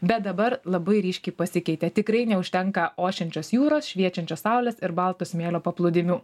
bet dabar labai ryškiai pasikeitė tikrai neužtenka ošiančios jūros šviečiančios saulės ir balto smėlio paplūdimių